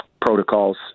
protocols